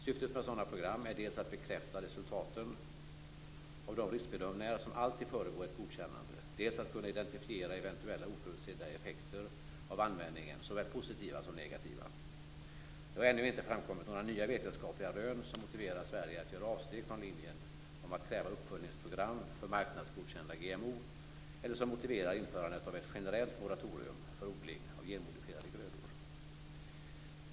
Syftet med sådana program är dels att bekräfta resultaten av de riskbedömningar som alltid föregår ett godkännande, dels att kunna identifiera eventuella oförutsedda effekter av användningen, såväl positiva som negativa. Det har ännu inte framkommit några nya vetenskapliga rön som motiverar Sverige att göra avsteg från linjen att kräva uppföljningsprogram för marknadsgodkända GMO eller som motiverar införandet av ett generellt moratorium för odling av genmodifierade grödor.